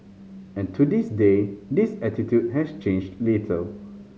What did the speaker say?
and to this day this attitude has changed little